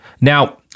Now